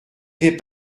fais